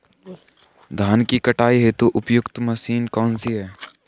धान की कटाई हेतु उपयुक्त मशीन कौनसी है?